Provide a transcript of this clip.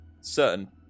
certain